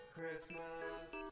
Christmas